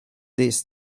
this